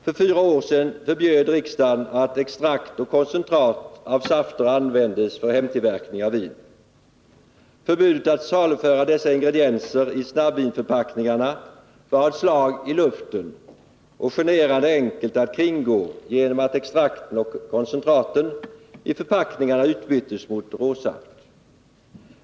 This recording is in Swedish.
För fyra år sedan förbjöd riksdagen att extrakt och koncentrat av safter användes för hemtillverkning av vin. Förbudet att saluföra dessa ingredienser i snabbvinförpackningarna var ett slag i luften och generande enkelt att kringgå genom att extrakten och koncentraten i förpackningarna utbyttes mot råsaft.